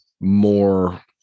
more